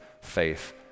faith